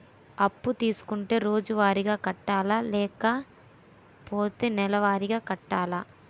అప్పు తీసుకుంటే రోజువారిగా కట్టాలా? లేకపోతే నెలవారీగా కట్టాలా?